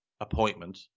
appointment